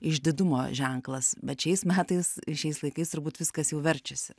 išdidumo ženklas bet šiais metais ir šiais laikais turbūt viskas jau verčiasi